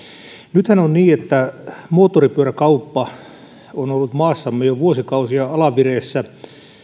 nythän on niin että moottoripyöräkauppa on ollut maassamme jo vuosikausia alavireessä